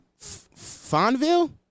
Fonville